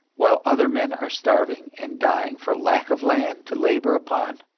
while other men are starving and dying for lack of land to labor upon?